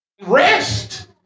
rest